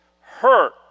hurt